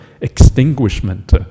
extinguishment